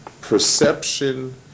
perception